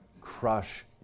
crush